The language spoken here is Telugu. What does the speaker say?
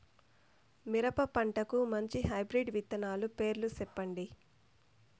మిరప పంటకు మంచి హైబ్రిడ్ విత్తనాలు పేర్లు సెప్పండి?